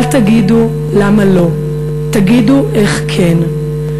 אל תגידו למה לא, תגידו איך כן.